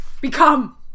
Become